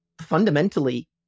fundamentally